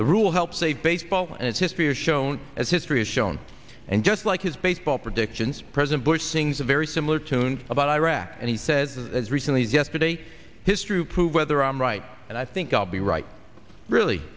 the rule help save baseball and its history are shown as history has shown and just like his baseball predictions president bush sings a very similar tune about iraq and he says as recently as yesterday his true prove whether i'm right and i think i'll be right really